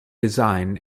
design